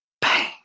bang